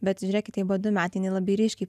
bet žiūrėkit jai buvo du metai jinai labai ryškiai